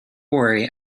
worry